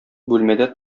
бүлмәдә